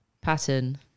Pattern